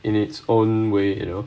in it's own way you know